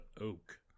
Oak